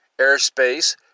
airspace